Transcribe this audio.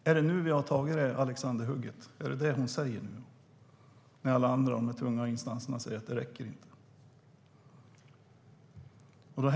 Är det nu som vi har gjort ett alexanderhugg? Är det detta som statsrådet säger när alla tunga instanser säger att det inte räcker?